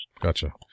Gotcha